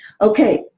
Okay